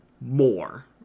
more